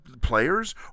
players